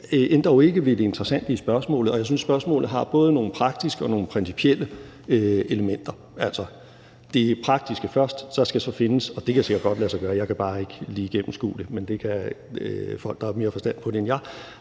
ændrer jo ikke ved det interessante i spørgsmålet, som jeg synes har både nogle praktiske og nogle principielle elementer. Det praktiske først: Der skal jo – og det kan sikkert godt lade sig gøre; jeg kan bare ikke lige gennemskue det, men det kan folk, der har mere forstand på det end mig